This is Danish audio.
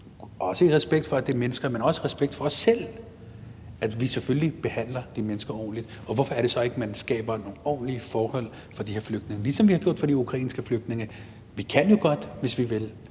også i respekt for, at det er mennesker, og også i respekt for os selv, skal vi selvfølgelig behandle de mennesker ordentligt. Hvorfor skaber man så ikke nogle ordentlige forhold for de her flygtninge, ligesom vi har gjort for de ukrainske flygtninge? Vi kan jo godt, hvis vi vil,